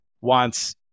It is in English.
wants